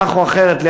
כך או אחרת,